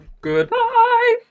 Goodbye